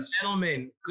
gentlemen